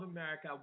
America